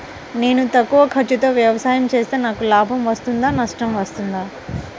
నేను తక్కువ ఖర్చుతో వ్యవసాయం చేస్తే నాకు లాభం వస్తుందా నష్టం వస్తుందా?